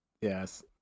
Yes